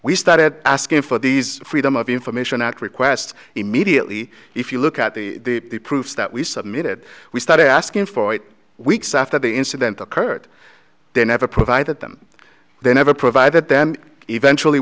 we started asking for these freedom of information act request immediately if you look at the proofs that we submitted we started asking for eight weeks after the incident occurred they never provided them they never provided them eventually